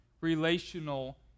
relational